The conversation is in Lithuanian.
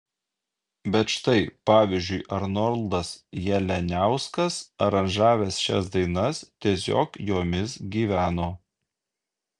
bet štai pavyzdžiui arnoldas jalianiauskas aranžavęs šias dainas tiesiog jomis gyveno